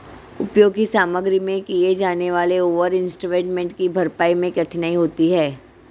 उपभोग की सामग्री में किए जाने वाले ओवर इन्वेस्टमेंट की भरपाई मैं कठिनाई होती है